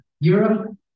Europe